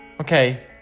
Okay